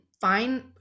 fine